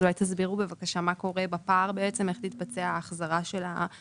אולי רשות המיסים תסביר מה קורה בפער ואיך בפועל תתבצע ההחזרה של המס.